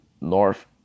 North